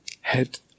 head